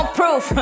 proof